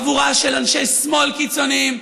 חבורה של אנשי שמאל קיצוניים,